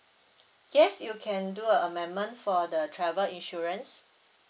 yes you can do a amendment for the travel insurance